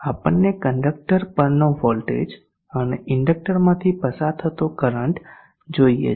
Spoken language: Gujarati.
આપણને ઇન્ડકટર પરનો વોલ્ટેજ અને ઇન્ડકટરમાંથી પસાર થતો કરંટ જોઈએ છે